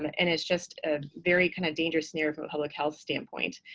and it's just a very kind of dangerous snare from a public health standpoint.